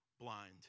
blind